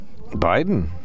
Biden